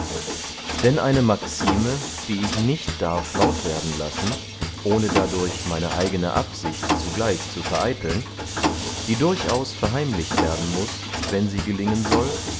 denn eine maxime die ich nicht darf laut werden lassen ohne dadurch meine eigene absicht zugleich zu vereiteln die durchaus verheimlicht werden muß wenn sie gelingen soll